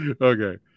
Okay